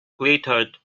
glittered